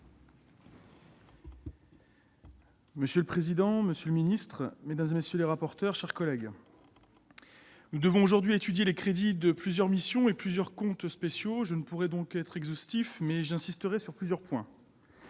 Monsieur le président, monsieur le ministre, mes chers collègues, nous devons aujourd'hui étudier les crédits de plusieurs missions et comptes spéciaux. Je ne pourrai donc être exhaustif, mais j'insisterai sur plusieurs points.